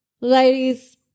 ladies